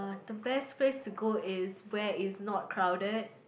the best place to go is where is not crowded